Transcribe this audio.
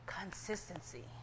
consistency